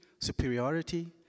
superiority